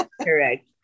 correct